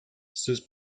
sus